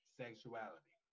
sexuality